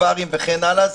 ברים וכן הלאה,